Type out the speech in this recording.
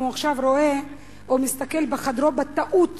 אם הוא עכשיו רואה או מסתכל בחדרו בטעות